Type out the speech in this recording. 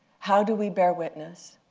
how do we bear witness?